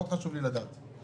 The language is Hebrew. מאוד חשוב לי לדעת.